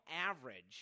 average